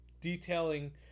detailing